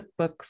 cookbooks